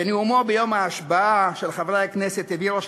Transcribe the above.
בנאומו ביום ההשבעה של חברי הכנסת הביא ראש